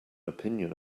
opinion